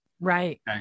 Right